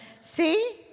see